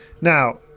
Now